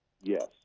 Yes